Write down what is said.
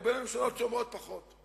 ובין ממשלות שאומרות: פחות.